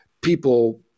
people